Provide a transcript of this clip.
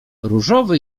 różowy